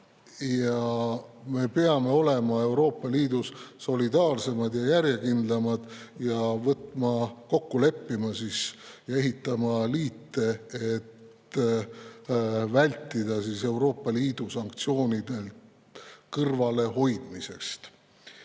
ja me peame olema Euroopa Liidus solidaarsemad ja järjekindlamad ning kokku leppima ja ehitama liite, et vältida Euroopa Liidu sanktsioonidest kõrvalehoidmist.